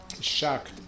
shocked